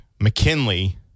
McKinley